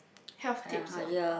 health tips ah